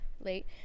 late